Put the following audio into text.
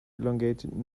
elongated